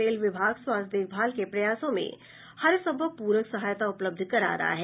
rail विभाग स्वास्थ्य देखभाल के प्रयासों में हर संभव पूरक सहायता उपलब्ध करा रहा है